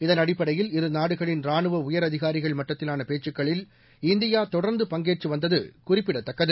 இதன் அடிப்படையில் இருநாடுகளின் ரானுவ உயரதிகாரிகள் மட்டத்திலான பேச்சுக்களில் இந்தியா தொடர்ந்து பங்கேற்று வந்தது குறிப்பிடத்தக்கது